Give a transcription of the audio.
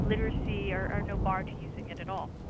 literacy are are no bar to using it at all.